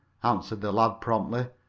answered the lad promptly.